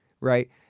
Right